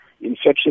infection